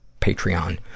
Patreon